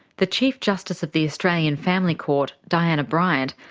the chief justice of the australian family court, diana bryant,